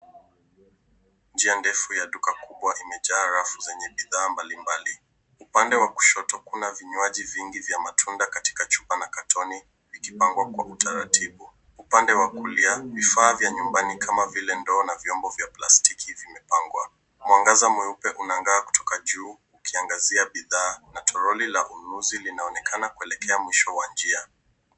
Njia ndefu ya duka kubwa imejaa rafu zenye bidhaa mbalimbali. Upande wa kushoto kuna vinywaji vingi vya matunda katika chupa na katoni zikipangwa kwa utaratibu. Upande wa kulia, vifaa vya nyumbani kama vile ndoo na vyombo vya plastiki vimepangwa. Mwangaza mweupe unang'aa kutoka juu ukiangazia bidhaa na toroli la ununuzi linaoneakana kuelekea mwisho wa njia.